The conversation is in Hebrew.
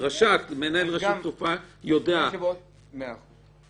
מנהל רשות שדות התעופה יודע --- מאה אחוז.